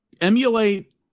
emulate